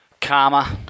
Karma